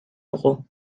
dugu